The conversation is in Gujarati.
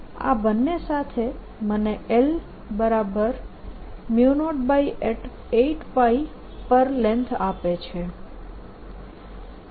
આ બંને સાથે મને L08πlength આપે છે